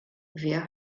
wer